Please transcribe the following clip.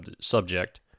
subject